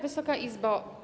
Wysoka Izbo!